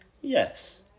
Yes